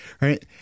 right